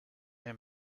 him